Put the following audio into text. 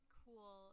cool